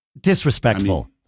Disrespectful